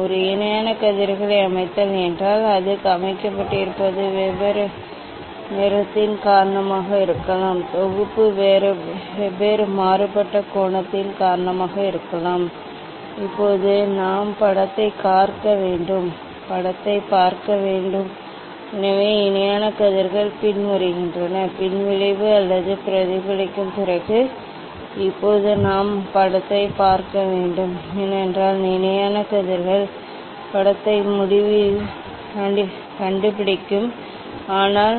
ஒரு இணையான கதிர்களை அமைத்தல் என்றால் அது அமைக்கப்பட்டிருப்பது வெவ்வேறு நிறத்தின் காரணமாக இருக்கலாம் தொகுப்பு வெவ்வேறு மாறுபட்ட கோணத்தின் காரணமாக இருக்கலாம் இப்போது நாம் படத்தைப் பார்க்க வேண்டும் படத்தைப் பார்க்க வேண்டும் எனவே இணையான கதிர்கள் பின் வருகின்றன பின்விளைவு அல்லது பிரதிபலிப்புக்குப் பிறகு இப்போது நாம் படத்தைப் பார்க்க வேண்டும் ஏனென்றால் இணையான கதிர்கள் படத்தை முடிவிலியில் கண்டுபிடிக்கும் ஆனால்